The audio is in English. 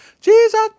Jesus